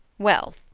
well,